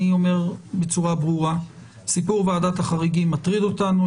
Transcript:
אני אומר בצורה ברורה שסיפור ועדת החריגים מטריד אותנו.